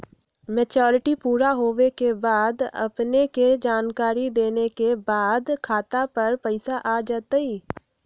Maturity पुरा होवे के बाद अपने के जानकारी देने के बाद खाता पर पैसा आ जतई?